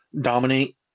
dominate